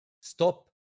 Stop